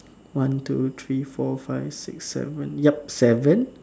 one two three four five six seven yup seven